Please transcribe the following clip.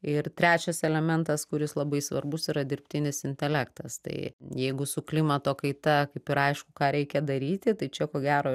ir trečias elementas kuris labai svarbus yra dirbtinis intelektas tai jeigu su klimato kaita kaip ir aišku ką reikia daryti tai čia ko gero